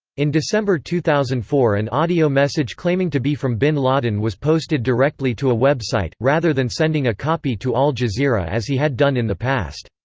in december two thousand and four an audio message claiming to be from bin laden was posted directly to a website, rather than sending a copy to al jazeera as he had done in the past.